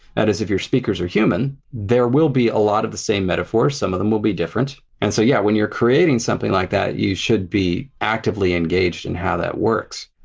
that is, if your speakers are human, there will be a lot of the same metaphors some of them will be different. and so yeah, when you're creating something like that, you should be actively engaged in how that works.